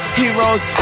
heroes